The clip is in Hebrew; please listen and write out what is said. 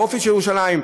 באופי של ירושלים?